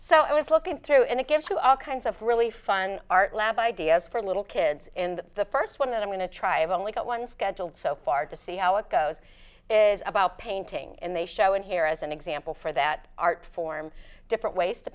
so i was looking through and it gives you all kinds of really fun art lab ideas for little kids and the first one that i'm going to try i've only got one scheduled so far to see how it goes is about painting and they show in here as an example for that art form different ways to